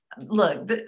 Look